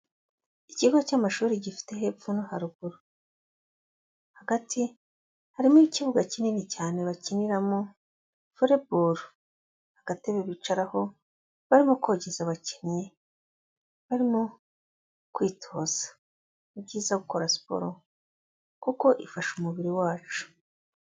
Ikigo cy'amashuri gifite hepfo no haruguru, hagati harimo ikibuga kinini cyane bakiniramo Volleyball, agatebe bicaraho barimo kogeza abakinnyi, barimo kwitoza, ni byiza gukora siporo, kuko ifasha umubiri wacu.